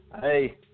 Hey